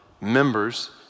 members